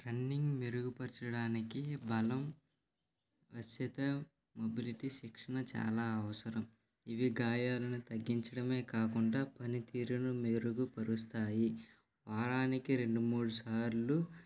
running మెరుగుపర్చడానికి బలం వసెతం మొబిలిటీ శిక్షణ చాలా అవసరం ఇవి గాయాలను తగ్గించడమే కాకుండా పనితీరును మెరుగుపరుస్తాయి వారానికి రెండు మూడు సార్లు